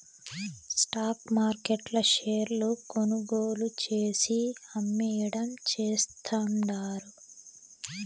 stock మార్కెట్ల షేర్లు కొనుగోలు చేసి, అమ్మేయడం చేస్తండారు